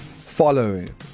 following